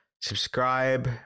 subscribe